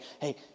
Hey